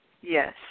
Yes